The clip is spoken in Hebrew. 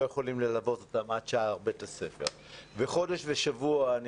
יכולים ללוות אותם עד שער בית הספר וחודש ושבוע אני